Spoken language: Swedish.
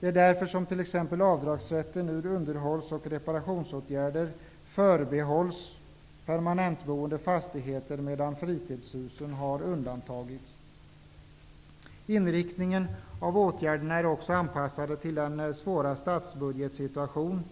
Det är därför som t.ex. avdragsrätten för underhålls och reparationsåtgärder förbehålls permanentboende fastigheter, medan fritidshusen har undantagits. Inriktningen av åtgärderna är också anpassad till den svåra statsbudgetsituationen